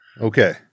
Okay